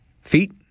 Feet